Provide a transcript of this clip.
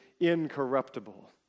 incorruptible